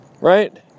Right